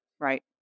Right